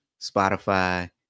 Spotify